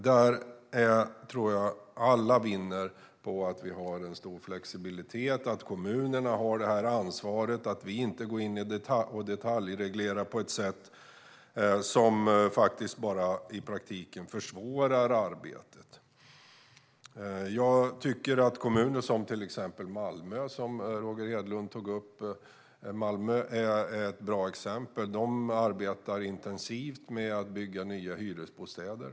Jag tror att alla vinner på att vi har en stor flexibilitet, på att kommunerna har detta ansvar och på att vi inte går in och detaljreglerar på ett sätt som faktiskt bara i praktiken försvårar arbetet. Roger Hedlund tog upp Malmö. Malmö är ett bra exempel. Där arbetar man intensivt med att bygga nya hyresbostäder.